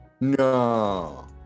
no